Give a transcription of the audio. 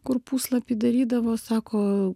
kur puslapį darydavo sako